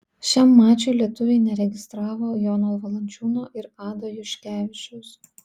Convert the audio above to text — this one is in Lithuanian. šiam mačui lietuviai neregistravo jono valančiūno ir ado juškevičiaus